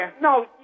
No